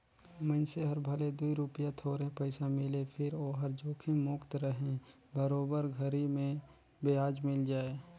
मइनसे हर भले दूई रूपिया थोरहे पइसा मिले फिर ओहर जोखिम मुक्त रहें बरोबर घरी मे बियाज मिल जाय